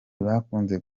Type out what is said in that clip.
bakunze